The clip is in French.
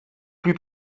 plus